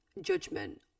judgment